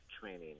training